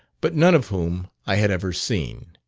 but none of whom i had ever seen